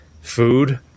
food